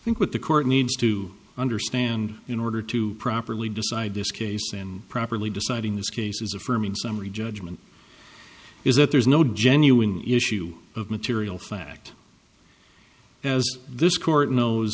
i think what the court needs to understand in order to properly decide this case and properly deciding this case is affirming summary judgment is that there is no genuine issue of material fact as this court knows